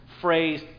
phrase